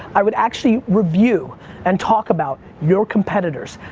i would actually review and talk about your competitors.